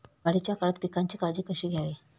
वाढीच्या काळात पिकांची काळजी कशी घ्यावी?